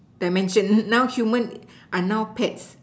dimension now human are now pets